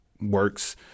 works